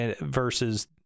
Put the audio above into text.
versus